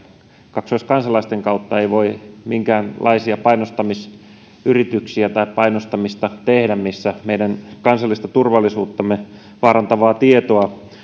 kaksoiskansalaisten kautta ei voi minkäänlaisia painostamisyrityksiä tai painostamista tehdä missä meidän kansallista turvallisuuttamme vaarantavaa tietoa